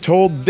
Told